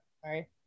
sorry